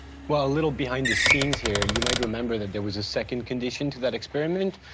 well, a little behind the scenes here, you might remember that there was a second condition to that experiment,